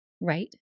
Right